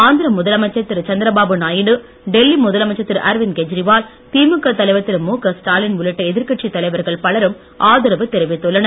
ஆந்திர முதலமைச்சர் திரு சந்திரபாபு நாயுடு டெல்லி முதலமைச்சர் திரு அரவிந்த் கேஜரிவால் திமுக தலைவர் திரு முக ஸ்டாலின் உள்ளிட்ட எதிர்கட்சித் தலைவர்கள் பலரும் ஆதரவு தெரிவித்துள்ளனர்